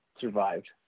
survived